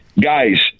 guys